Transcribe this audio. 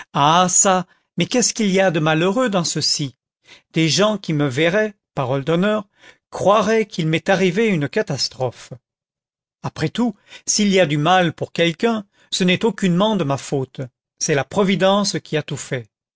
ah çà mais qu'est-ce qu'il y a de malheureux dans ceci des gens qui me verraient parole d'honneur croiraient qu'il m'est arrivé une catastrophe après tout s'il y a du mal pour quelqu'un ce n'est aucunement de ma faute c'est la providence qui a tout fait